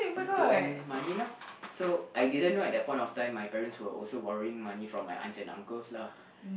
just to earn money lah so I didn't know at that point of time my parents were also borrowing money from my aunts and uncles lah